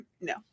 no